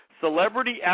celebrity